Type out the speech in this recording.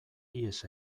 ihes